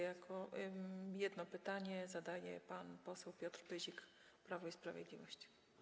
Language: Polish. Jedno pytanie zadaje pan poseł Piotr Pyzik, Prawo i Sprawiedliwość.